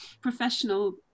Professional